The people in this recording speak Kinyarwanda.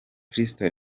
kristo